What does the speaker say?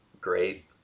great